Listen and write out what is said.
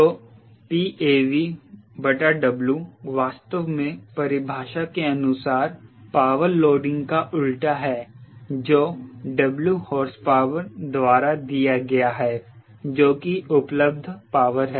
तो PavW वास्तव में परिभाषा के अनुसार पावर लोडिंग का उलटा है जो W हॉर्सपावर द्वारा दिया गया है जो की उपलब्ध पावर है